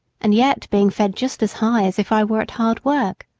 and yet being fed just as high as if i were at hard work.